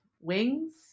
wings